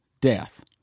death